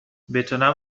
بتونم